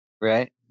Right